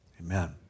Amen